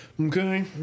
Okay